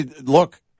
look